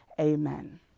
amen